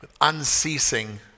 unceasing